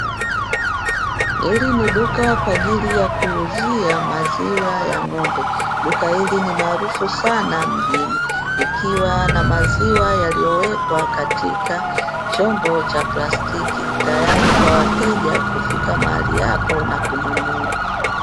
Hili ni duka kwaajili ya kuuzia maziwa ya ng'ombe, duka hili ni maarufu sana mjini, likiwa na maziwa yaliyowekwa katika chombo cha plastiki tayati kwa wateja kufika mahali hapo na kununua.